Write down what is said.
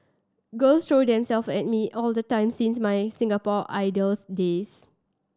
girls throw themselves at me all the time since my Singapore Idols days